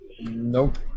Nope